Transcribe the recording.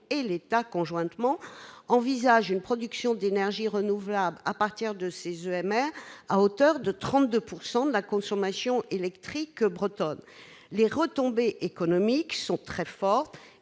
et l'État conjointement envisage une production d'énergie renouvelable, à partir de ces EMR à hauteur de 32 pourcent de la consommation électrique bretonne, les retombées économiques sont très fortes